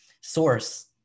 source